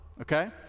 okay